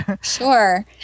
Sure